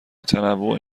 تنوع